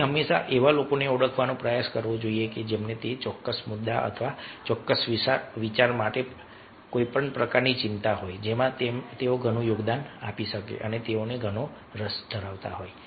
તેથી હંમેશા એવા લોકોને ઓળખવાનો પ્રયાસ કરવો જોઈએ કે જેમને તે ચોક્કસ મુદ્દા અથવા ચોક્કસ વિચાર માટે કોઈ પ્રકારની ચિંતા હોય જેમાં તેઓ ઘણું યોગદાન આપી શકે અને તેઓને ઘણો રસ હોય